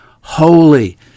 holy